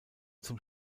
zum